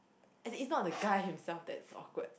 and it's not the guy himself that is awkward